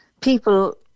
people